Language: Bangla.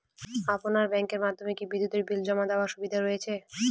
আপনার ব্যাংকের মাধ্যমে কি বিদ্যুতের বিল জমা দেওয়ার সুবিধা রয়েছে?